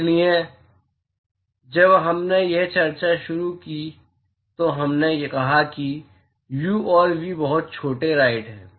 इसलिए जब हमने यह चर्चा शुरू की तो हमने कहा कि u और v बहुत छोटे राइट हैं